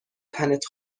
تنت